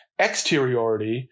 exteriority